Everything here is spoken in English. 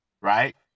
Right